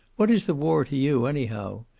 what is the war to you, anyhow?